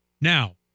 Now